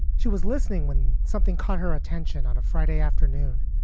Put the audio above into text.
she was listening when something caught her attention on a friday afternoon,